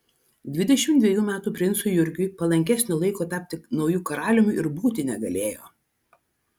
dvidešimt dvejų metų princui jurgiui palankesnio laiko tapti nauju karaliumi ir būti negalėjo